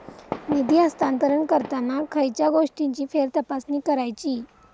निधी हस्तांतरण करताना खयच्या गोष्टींची फेरतपासणी करायची?